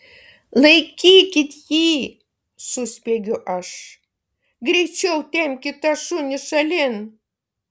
laikykit jį suspiegiu aš greičiau tempkit tą šunį šalin